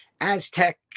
Aztec